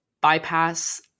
bypass